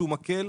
שהוא מקל,